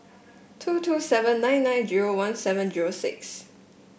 two two seven nine nine zero one seven zero six